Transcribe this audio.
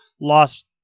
lost